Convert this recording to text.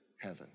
heaven